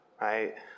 right